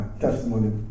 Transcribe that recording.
testimony